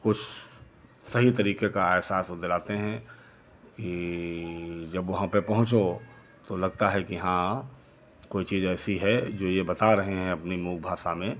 कुछ सही तरीके का अहसास वो दिलाते हैं कि जब वहाँ पे पहुँचों तो लगता है कि हाँ कोई चीज ऐसी है वो ये बता रहे हैं अपनी मूक भाषा में